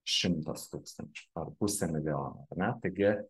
šimtas tūkstančių ar pusė milijono ar ne taigi